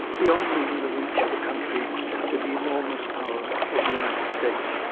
beyond even the reach of a country with the enormous power of the united states.